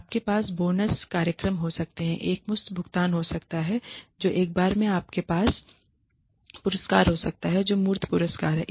आपके पास बोनस कार्यक्रम हो सकते हैं एकमुश्त भुगतान हो सकता है जो एक बार आपके पास पुरस्कार हो सकता है जो मूर्त पुरस्कार हैं